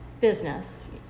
business